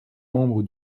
membre